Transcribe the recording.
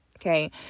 Okay